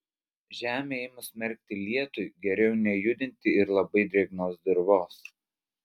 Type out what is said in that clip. žemę ėmus merkti lietui geriau nejudinti ir labai drėgnos dirvos